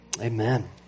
amen